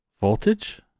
Voltage